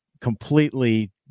completely